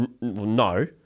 No